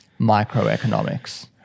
microeconomics